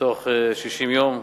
בתוך 60 יום.